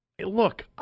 Look